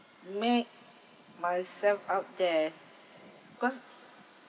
make myself out there cause